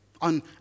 on